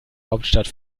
hauptstadt